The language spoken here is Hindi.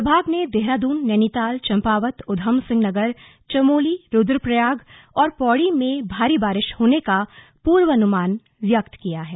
विभाग ने देहरादून नैनीताल चम्पावत उधमसिंह नगर चमोली रूद्रप्रयाग और पौड़ी में भारी वर्षा होने का पूर्वानुमान व्यक्त किया है